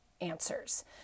answers